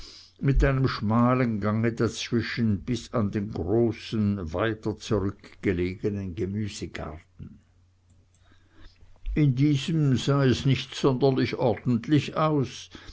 mit einem schmalen gange dazwischen bis an den großen weiter zurück gelegenen gemüsegarten in diesem sah es nicht sonderlich ordentlich aus